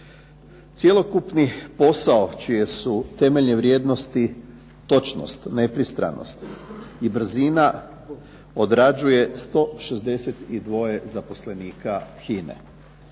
Cjelokupni posao čije su temeljne vrijednosti točnost, nepristranost i brzina odrađuje 162 zaposlenika HINE.